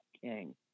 King